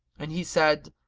and he said,